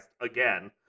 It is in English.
again